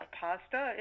pasta